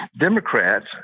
Democrats